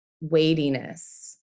weightiness